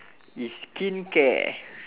it's skincare